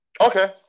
Okay